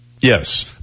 Yes